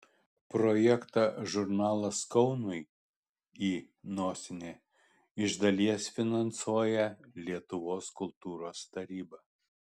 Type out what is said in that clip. projektą žurnalas kaunui į iš dalies finansuoja lietuvos kultūros taryba